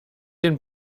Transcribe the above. den